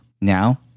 Now